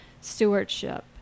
stewardship